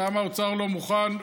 למה האוצר לא מוכן.